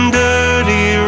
dirty